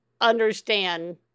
understand